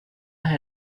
had